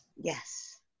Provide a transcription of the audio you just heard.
Yes